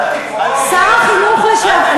שר החינוך לשעבר.